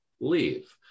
leave